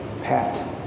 Pat